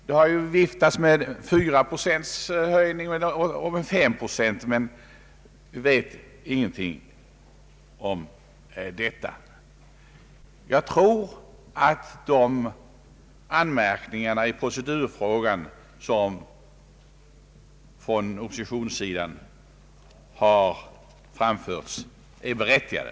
Det har ju viftats med 4 procents och 5 procents höjning, men vi vet ingenting om detta. De anmärkningar i procedurfrågan, som har framförts från oppositionssidan, är berättigade.